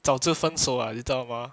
早就分手 ah 你知道吗